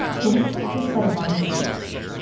so we took this set of violent lyrics,